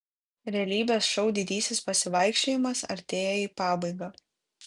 realybės šou didysis pasivaikščiojimas artėja į pabaigą